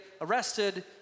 arrested